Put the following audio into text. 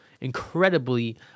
incredibly